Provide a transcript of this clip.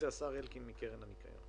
ולכן השר אלקין הביא את זה מקרן הניקיון.